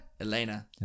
Elena